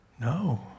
No